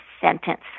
sentence